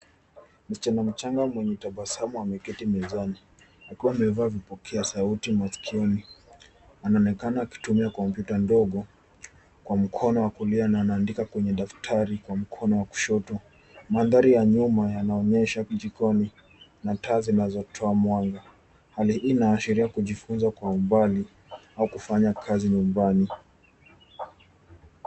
Msichana mchanga mwenye tabasamu ameketi mezani akiwa amevaa vipokea sauti masikioni. Anaonekana akitumia kompyuta ndogo kwa mkono wa kulia na anaandika kwenye daftari kwa mkono wa kushoto. Mandhari ya nyuma yanaonyesha jikoni na taa zinazotoa mwanga. Hali hii inaashiria kujifunza kwa umbali au kufanya kazi nyumbani.